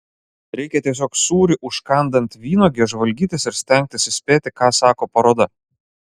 reikia tiesiog sūrį užkandant vynuoge žvalgytis ir stengtis įspėti ką sako paroda